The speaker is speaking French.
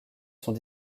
sont